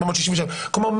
467. כלומר,